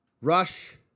Rush